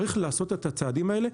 צריך לעשות את הצעדים האלה.